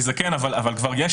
עו"ד שרון, אבל זה לא מאוד משנה.